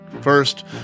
First